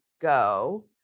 go